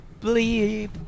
bleep